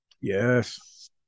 Yes